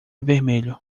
vermelho